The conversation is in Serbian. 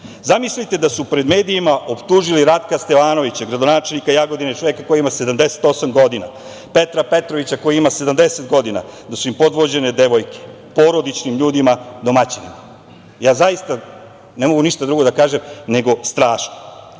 Srbije. Zamislite da su pred medijima optužili Ratka Stevanovića, gradonačelnika Jagodine, čoveka koji ima 78 godina, Petra Petrovića koji ima 70 godina, da su im podvođene devojke, porodičnim ljudima, domaćinima. Zaista ne mogu ništa drugo da kažem nego – strašno. Sve